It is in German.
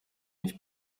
ich